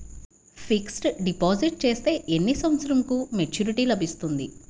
Fixed deposit చేస్తే ఎన్ని సంవత్సరంకు మెచూరిటీ లభిస్తుంది?